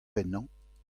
pennañ